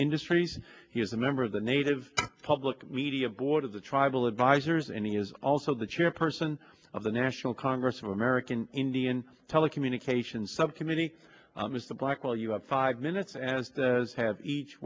industries he is a member of the native public media board of the tribal advisors and he is also the chairperson of the national congress of american indian telecommunications subcommittee mr blackwell you have five minutes as have each